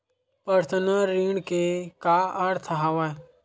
Personal ऋण के का अर्थ हवय?